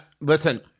Listen